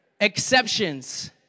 exceptions